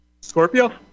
Scorpio